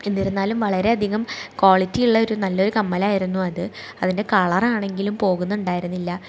എന്നിരുന്നാലും വളരെ അധികം ക്വാളിറ്റി ഉള്ള ഒരു നല്ല ഒരു കമ്മലായിരുന്നു അത് അതിൻ്റെ കളറാണെങ്കിലും പോകുന്നുണ്ടായിരുന്നില്ല